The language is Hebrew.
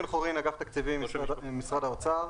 אגף, התקציבים, משרד האוצר.